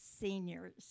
seniors